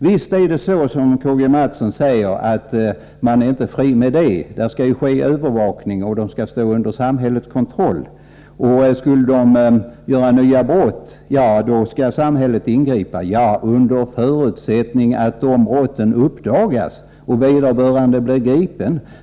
Visst är det riktigt som K.-G. Mathsson säger att de dömda inte är fria med det; de ställs under övervakning och samhällets kontroll. Skulle de begå nya brott, skall samhället ingripa. Men det sker bara under förutsättning att de brotten uppdagas och vederbörande blir gripen.